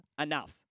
enough